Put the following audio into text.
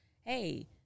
hey